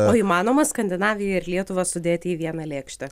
o įmanoma skandinaviją ir lietuvą sudėti į vieną lėkštę